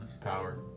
power